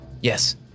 Yes